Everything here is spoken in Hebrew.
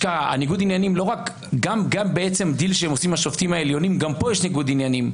גם בדיל שעושים השופטים העליונים יש ניגוד עניינים,